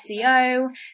SEO